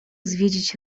zwiedzić